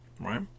Right